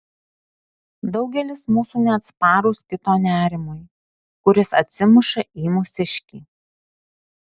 daugelis mūsų neatsparūs kito nerimui kuris atsimuša į mūsiškį